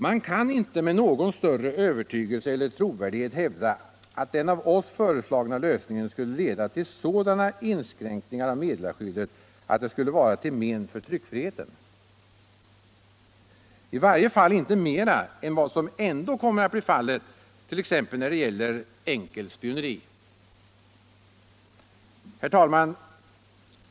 Man kan inte med någon större övertygelse eller trovärdighet hävda, att den av oss föreslagna lösningen skulle leda till sådan inskränkning av meddelarskyddet att det skulle vara till men för tryckfriheten, i varje fall inte mera än vad som ändå kommer att bli fallet t.ex. när det gäller enkelt spioneri. Herr talman!